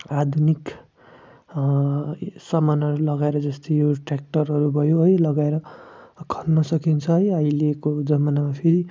आधुनिक सामानहरू लगाएर जस्तै यो ट्र्याक्टरहरू भयो है लगाएर खन्न सकिन्छ है अहिलेको जमानामा फेरि